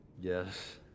Yes